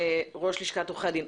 ראש לשכת עורכי הדין.